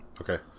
Okay